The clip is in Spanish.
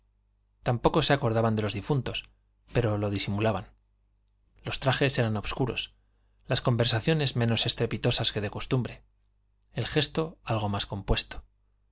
tampoco se acordaban de los difuntos pero lo disimulaban los trajes eran obscuros las conversaciones menos estrepitosas que de costumbre el gesto algo más compuesto